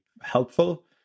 helpful